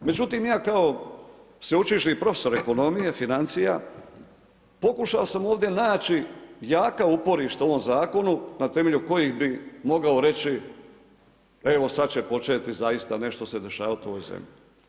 Međutim, ja kao sveučilišni profesor ekonomije, financija, pokušao sam ovdje naći jaka uporišta u ovom zakonu, na temelju kojih bi moga reći, evo sad će početi, zaista nešto se dešavati u ovoj zemlji.